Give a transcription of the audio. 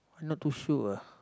not too sure